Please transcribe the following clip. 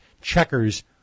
checkers